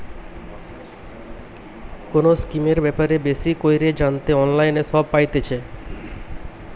কোনো স্কিমের ব্যাপারে বেশি কইরে জানতে অনলাইনে সব পাইতেছে